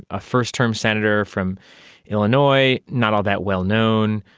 a first-term senator from illinois, not all that well known,